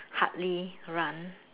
hardly run